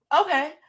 Okay